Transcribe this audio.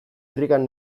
irrikan